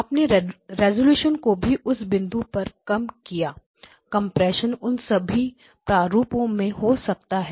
आपने रेजोल्यूशन को भी उस बिंदु पर कम किया कंप्रेशन उन सभी प्रारूपों में हो सकता है